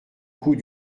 coup